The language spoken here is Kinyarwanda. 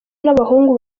n’abahungu